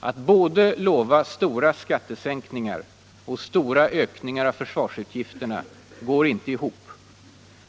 Att både lova stora skattesänkningar och stora ökningar av försvarsutgifterna går inte ihop.